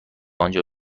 آنجا